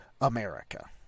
America